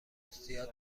زیاد